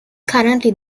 currently